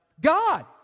God